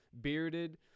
bearded